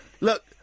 look